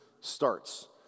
starts